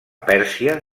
pèrsia